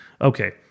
Okay